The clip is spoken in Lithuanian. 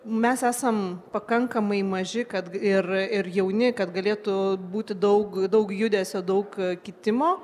mes esam pakankamai maži kad ir ir jauni kad galėtų būti daug daug judesio daug kitimo